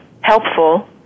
helpful